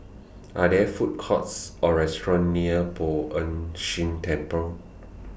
Are There Food Courts Or restaurants near Poh Ern Shih Temple